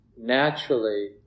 naturally